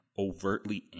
overtly